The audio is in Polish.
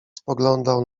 spoglądał